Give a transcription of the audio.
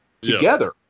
together